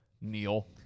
Neil